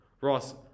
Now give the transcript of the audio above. Ross